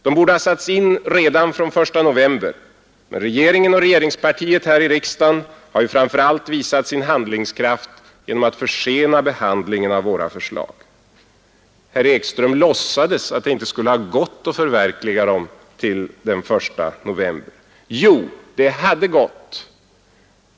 De borde ha satts in redan från den I november — men regeringen och regeringspartiet här i riksdagen har ju framför allt visat sin handlingskraft genom att försena behandlingen av våra förslag. Herr Ekström låtsades att det inte skulle ha gått att förverkliga dem till den I november. Jo, det hade gått.